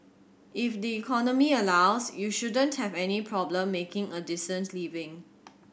if the economy allows you shouldn't have any problem making a decent living